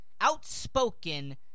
outspoken